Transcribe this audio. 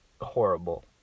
horrible